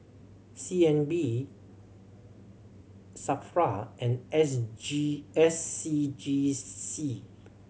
C N B SAFRA and S G S C G C